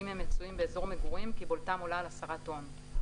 אם הם מצויים באזור מגורים- קיבולתם עולה על 10 טון,